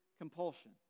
compulsion